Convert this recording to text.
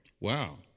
Wow